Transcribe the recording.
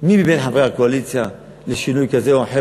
מי מבין חברי הקואליציה לשינוי כזה או אחר,